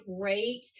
great